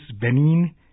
Benin